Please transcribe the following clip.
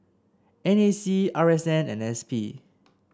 N A C R S N and S P